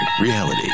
Reality